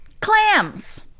Clams